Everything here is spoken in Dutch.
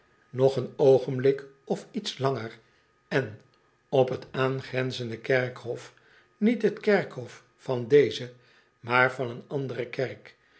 nog een oogenblik of iets langer en op t aangrenzende kerkhof niet t kerkhof van deze maar van een andere kerk